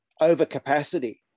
overcapacity